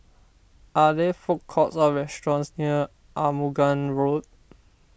are there food courts or restaurants near Arumugam Road